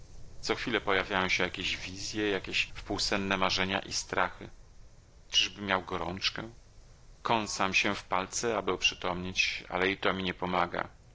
co chwilę pojawiają się jakieś wizje jakieś wpółsenne marzenia i strachy czyżbym miał gorączkę kąsam się w palce aby oprzytomnieć ale i to mi nie pomaga